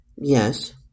Yes